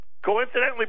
Coincidentally